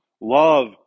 love